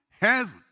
heaven